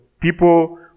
people